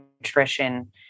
nutrition